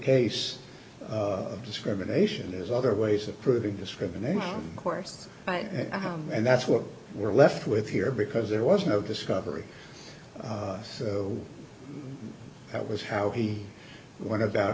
case of discrimination there's other ways of proving discrimination course by home and that's what we're left with here because there was no discovery that was how he went about